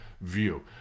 view